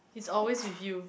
it's always with you